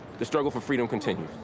the struggle for freedom continues.